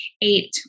eight